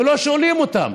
ולא שואלים אותם,